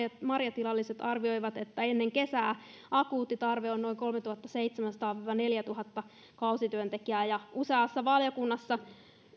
marjatilalliset arvioivat että ennen kesää akuutti tarve on noin kolmetuhattaseitsemänsataa viiva neljätuhatta kausityöntekijää useassa valiokunnassa